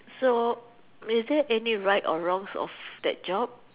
so is there any rights and wrong of that job